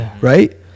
right